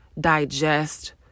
digest